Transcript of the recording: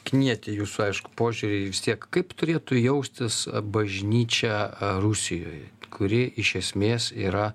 knieti jūsų aišku požiūriai vis tiek kaip turėtų jaustis bažnyčia rusijoj kuri iš esmės yra